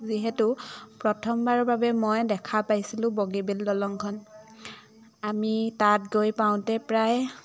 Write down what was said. যিহেতু প্ৰথমবাৰৰ বাবে মই দেখা পাইছিলোঁ বগীবিল দলংখন আমি তাত গৈ পাওঁতে প্ৰায়